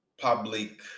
public